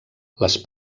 les